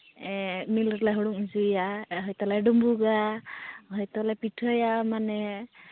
ᱢᱤᱞ ᱨᱮᱞᱮ ᱦᱩᱲᱩᱝ ᱦᱚᱪᱚᱭᱟ ᱟᱨ ᱦᱚᱭᱛᱚᱞᱮ ᱰᱩᱸᱵᱩᱜᱟ ᱦᱚᱭᱛᱚᱞᱮ ᱯᱤᱴᱷᱹᱭᱟ ᱢᱟᱱᱮ